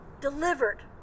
delivered